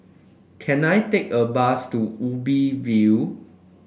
can I take a bus to Ubi View